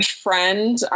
friend